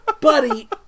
Buddy